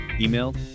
email